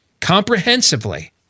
comprehensively